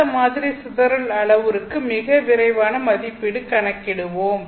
இந்த மாதிரி சிதறல் அளவுருவுக்கு மிக விரைவான மதிப்பீடு கணக்கிடுவோம்